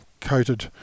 coated